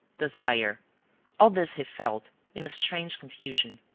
desire all this he felt, in a strange confusion.